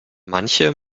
manche